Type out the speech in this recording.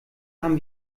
haben